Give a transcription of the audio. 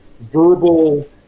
verbal